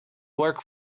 work